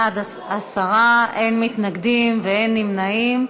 בעד, 10, אין מתנגדים ואין נמנעים.